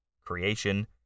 creation